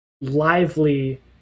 lively